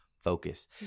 Focus